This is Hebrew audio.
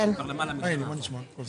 הוא אומר לך שהם לא